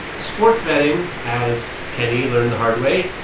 sports betting, as kenny learned the hard way,